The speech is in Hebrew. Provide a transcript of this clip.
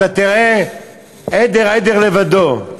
אתה תראה עדר-עדר לבדו.